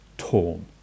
torn